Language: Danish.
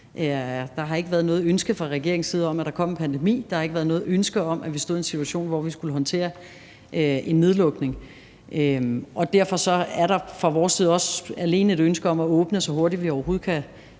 Der har ikke været noget ønske fra regeringens side om, at der skulle komme en pandemi; der har ikke været noget ønske om, at vi skulle stå i en situation, hvor vi skulle håndtere en nedlukning. Derfor er der fra vores side også alene et ønske om at åbne, så hurtigt vi overhovedet kan